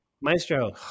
Maestro